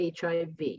HIV